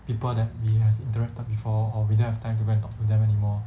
people that we have interacted before or we don't have time to talk to them anymore